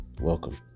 Welcome